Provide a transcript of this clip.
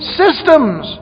systems